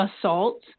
assault